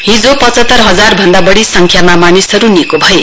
हिजो पचहत्तर हजार भन्दा बढ्री संख्यामा मानिसहरु निको भए